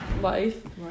life